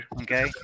okay